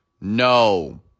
No